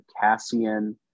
Cassian